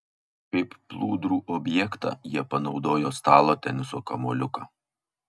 kaip plūdrų objektą jie panaudojo stalo teniso kamuoliuką